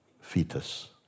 fetus